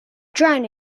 drown